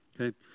Okay